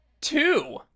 Two